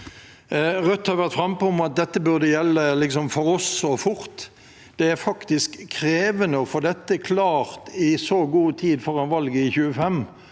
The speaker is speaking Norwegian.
Rødt har vært frampå om at dette burde gjelde for oss, og fort. Det er faktisk krevende å få dette klart i så god tid før valget i 2025